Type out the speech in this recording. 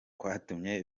kwatumye